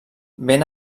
ben